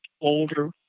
older